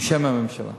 בשם הממשלה,